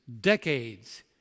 decades